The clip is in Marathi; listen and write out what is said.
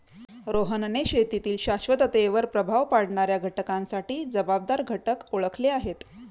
रोहनने शेतीतील शाश्वततेवर प्रभाव पाडणाऱ्या घटकांसाठी जबाबदार घटक ओळखले आहेत